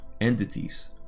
entities